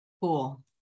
Cool